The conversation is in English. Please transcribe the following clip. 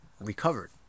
recovered